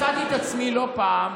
מצאתי את עצמי לא פעם